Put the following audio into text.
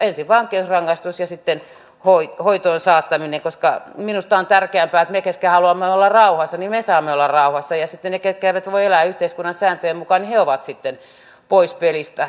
ensin vankeusrangaistus ja sitten hoitoon saattaminen koska minusta on tärkeämpää että me ketkä haluamme olla rauhassa saamme olla rauhassa ja sitten ne ketkä eivät voi elää yhteiskunnan sääntöjen mukaan ovat sitten pois pelistä